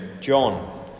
John